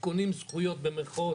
וקונים זכויות, במירכאות,